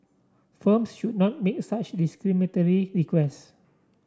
firms should not make such discriminatory requests